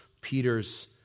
Peter's